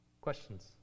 Questions